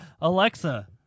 Alexa